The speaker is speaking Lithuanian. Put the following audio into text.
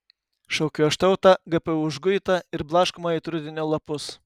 šaukiu aš tautą gpu užguitą ir blaškomą it rudenio lapus